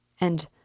And